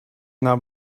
naar